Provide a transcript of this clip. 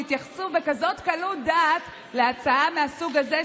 מתייחסים בכזאת קלות דעת להצעה מהסוג הזה,